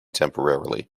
temporarily